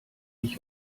ich